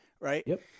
right